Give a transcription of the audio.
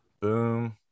Boom